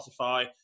Spotify